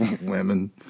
Women